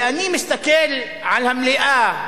ואני מסתכל על המליאה,